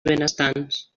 benestants